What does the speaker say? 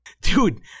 Dude